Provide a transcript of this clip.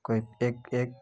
कोई एक एक